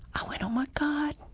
i went, oh, my god!